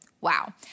Wow